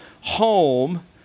home